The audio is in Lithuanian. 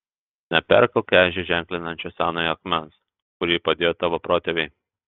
neperkelk ežią ženklinančio senojo akmens kurį padėjo tavo protėviai